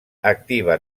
activa